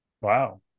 Wow